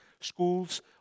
schools